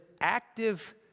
active